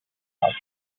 pouch